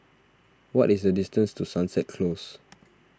what is the distance to Sunset Close